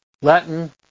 Latin